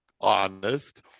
honest